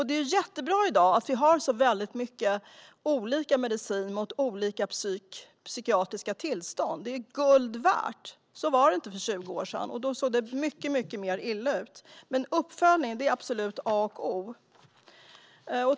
Det är jättebra att vi i dag har många olika mediciner mot olika psykiatriska tillstånd. Det är guld värt. Så var det inte för 20 år sedan, och då såg det mycket värre ut. Men uppföljning är absolut A och O.